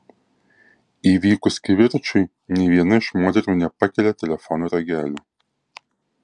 įvykus kivirčui nė viena iš moterų nepakelia telefono ragelio